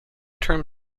term